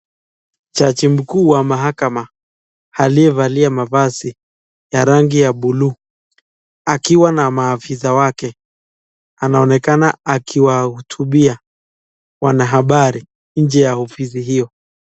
Jaji mkuu wa mahakama, aliyevalia mavazi ya rangi ya bluu. Akiwa na maafisa wake. Anaonekana akiwahutubia wanahabari nje ya ofisi hio.